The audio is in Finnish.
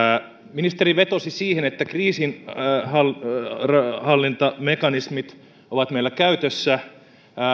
ministeri vetosi siihen että kriisinhallintamekanismit ovat meillä käytössä